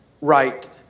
right